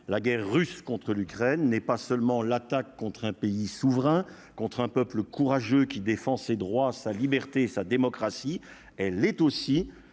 la guerre russe contre l'Ukraine n'est pas seulement l'attaque contre un pays souverain contre un peuple courageux qui défend ses droits, sa liberté, sa démocratie, elle est aussi